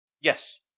Yes